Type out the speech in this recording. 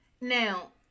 now